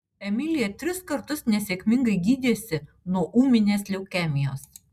emilija tris kartus nesėkmingai gydėsi nuo ūminės leukemijos